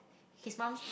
his mom